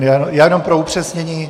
Já jenom o upřesnění.